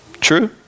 True